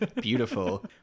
beautiful